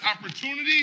opportunity